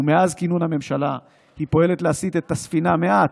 ומאז כינון הממשלה היא פועלת להסיט את הספינה מעט,